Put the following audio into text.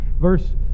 Verse